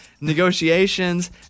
negotiations